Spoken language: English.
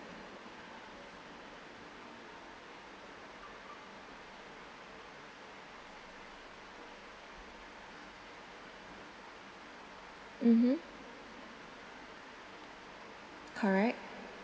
mmhmm correct